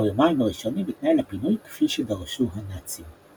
ביומיים הראשונים התנהל הפינוי כפי שדרשו הנאצים.